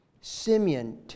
Simeon